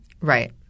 Right